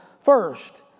first